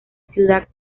ciudad